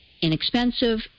inexpensive